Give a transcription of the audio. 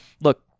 Look